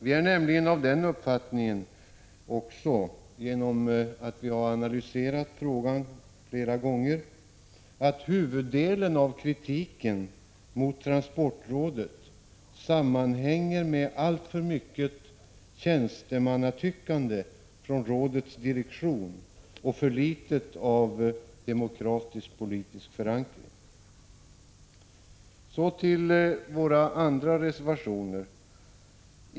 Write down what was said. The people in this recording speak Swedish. Vi är nämligen av den uppfattningen — genom analyser vi gjort många gånger — att huvuddelen av kritiken mot transportrådet sammanhänger med alltför mycket tjänstemannatyckande från rådets direktion och för litet av demokratisk politisk förankring. Så till våra andra reservationer.